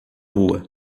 rua